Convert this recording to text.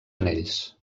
anells